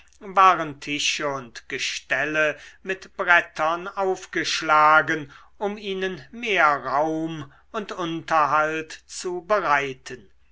waren tische und gestelle mit brettern aufgeschlagen um ihnen mehr raum und unterhalt zu bereiten